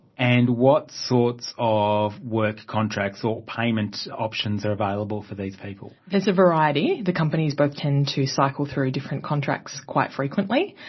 and what sorts of work contracts or payment options are available for these people? there's a variety. the companies both tend to cycle through different contracts quite frequently.